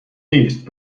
نیست